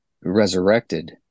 resurrected